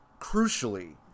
crucially